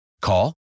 Call